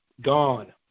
gone